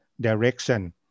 direction